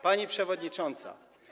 Pani Przewodnicząca!